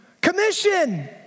commission